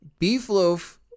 Beefloaf